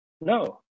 No